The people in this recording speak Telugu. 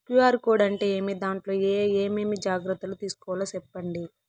క్యు.ఆర్ కోడ్ అంటే ఏమి? దాంట్లో ఏ ఏమేమి జాగ్రత్తలు తీసుకోవాలో సెప్పండి?